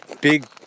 big